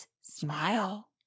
Smile